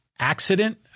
accident